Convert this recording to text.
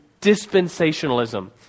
dispensationalism